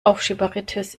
aufschieberitis